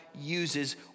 uses